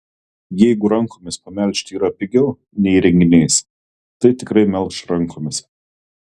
jeigu rankomis pamelžti yra pigiau nei įrenginiais tai tikrai melš rankomis